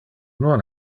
non